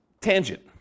tangent